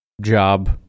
job